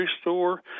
store